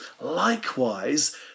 Likewise